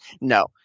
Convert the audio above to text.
No